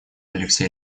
алексей